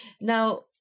Now